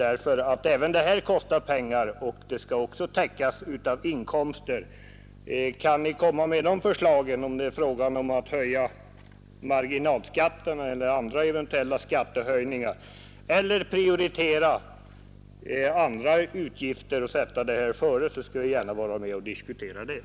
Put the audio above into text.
Även en sådan här reform kostar pengar och de kostnaderna skall ju täckas av inkomster. Om ni kan lägga fram förslag till höjning av marginalskatterna eller andra skattehöjningar eller om ni kan prioritera dessa utgifter framför andra skall jag gärna vara med i en diskussion.